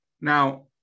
Now